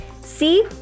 See